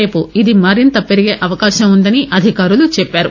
రేపు ఇది మరింత పెరిగే అవకాశం వుందని అధికారులు చెప్సారు